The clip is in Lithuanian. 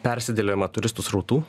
persidėliojimą turistų srautų